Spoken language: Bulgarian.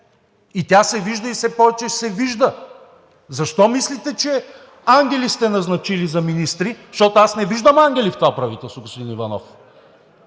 И тя се вижда и все повече ще се вижда. Защо мислите, че ангели сте назначили за министри? Защото аз не виждам ангели в това правителство, господин Иванов.